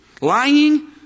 Lying